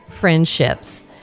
friendships